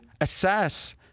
assess